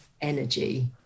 energy